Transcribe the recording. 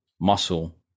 muscle